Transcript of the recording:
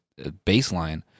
baseline